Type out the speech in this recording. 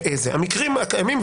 המקרים הקיימים,